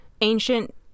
Ancient